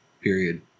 Period